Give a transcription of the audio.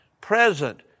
present